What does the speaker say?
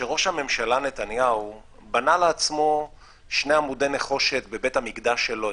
שראש הממשלה נתניהו בנה לעצמו שני עמודי נחושת בבית המקדש שלו,